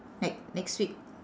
like next week